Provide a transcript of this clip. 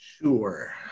Sure